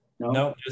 No